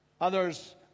Others